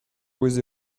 bouez